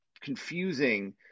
confusing